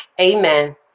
Amen